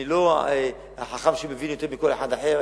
אני לא החכם שמבין יותר מכל אחד אחר.